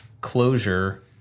closure